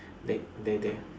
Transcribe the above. they they they